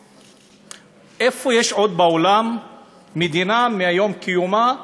איפה יש עוד בעולם מדינה שמיום קיומה,